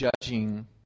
judging